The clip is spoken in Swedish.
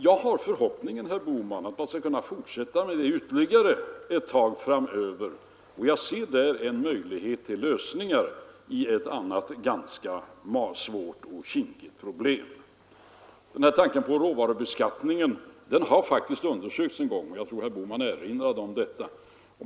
Jag har förhoppningen, herr Bohman, att man skall kunna fortsätta med detta ytterligare ett tag framöver, och jag ser där en möjlighet till lösningar av ett annat ganska svårt och kinkigt problem. Denna tanke på råvarubeskattning har faktiskt undersökts en gång, och jag tror att herr Bohman erinrade om detta.